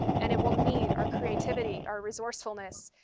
and it will need our creativity, our resourcefulness,